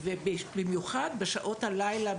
במיוחד בשעות הלילה,